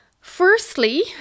Firstly